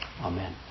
Amen